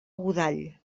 godall